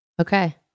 Okay